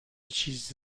چیز